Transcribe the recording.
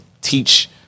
teach